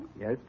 Yes